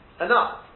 Enough